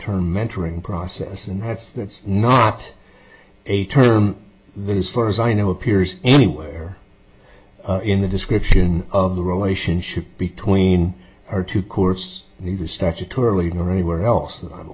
term mentoring process and that's that's not a term that as far as i know appears anywhere in the description of the relationship between our two course neither statutorily going anywhere else